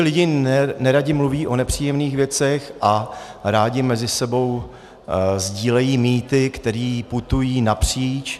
Lidé neradi mluví o nepříjemných věcech a rádi mezi sebou sdílejí mýty, které putují napříč.